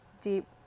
deep